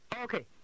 Okay